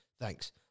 Thanks